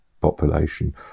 population